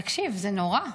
תקשיב, זה נורא.